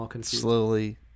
slowly